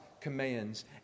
commands